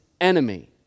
enemy